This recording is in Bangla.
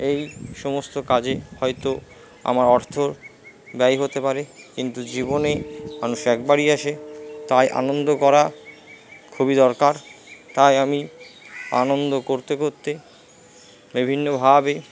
এই সমস্ত কাজে হয়তো আমার অর্থ ব্যয় হতে পারে কিন্তু জীবনে মানুষ একবারই আসে তাই আনন্দ করা খুবই দরকার তাই আমি আনন্দ করতে করতে বিভিন্নভাবে